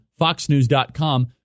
foxnews.com